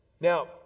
Now